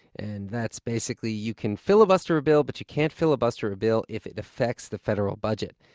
and that's basically you can filibuster a bill, but you can't filibuster a bill if it affects the federal budget,